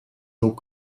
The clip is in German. lob